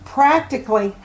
practically